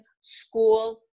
school